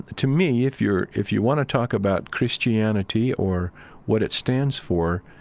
to me, if you're, if you want to talk about christianity or what it stands for,